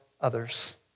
others